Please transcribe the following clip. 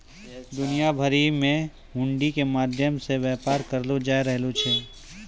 दुनिया भरि मे हुंडी के माध्यम से व्यापार करलो जाय रहलो छै